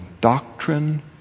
doctrine